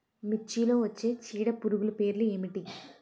మిర్చిలో వచ్చే చీడపురుగులు పేర్లు ఏమిటి?